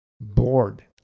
bored